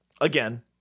Again